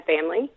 family